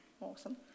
Awesome